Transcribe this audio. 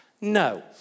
No